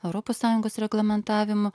europos sąjungos reglamentavimu